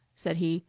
said he,